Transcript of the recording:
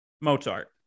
Mozart